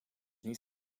niet